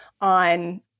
on